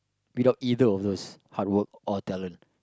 without either of those hard work or talent